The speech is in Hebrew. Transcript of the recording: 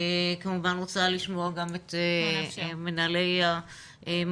כמובן רוצה לשמוע גם את מנהלי המוסדות.